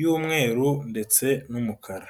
y'umweru ndetse n'umukara.